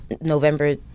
November